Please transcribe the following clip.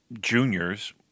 juniors